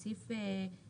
את סעיף (ג),